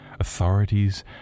authorities